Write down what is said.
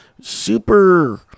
super